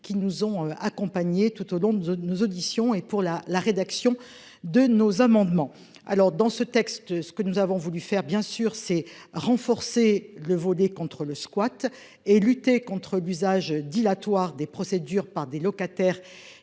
qui nous ont accompagnés tout au long de nos auditions et pour la, la rédaction de nos amendements. Alors dans ce texte, ce que nous avons voulu faire bien sûr c'est renforcer le Vodé contre le squat et lutter contre l'usage dilatoire des procédures par des locataires